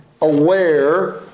aware